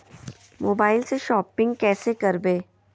मोबाइलबा से शोपिंग्बा कैसे करबै?